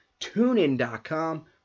TuneIn.com